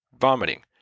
vomiting